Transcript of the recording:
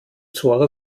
zora